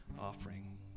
offering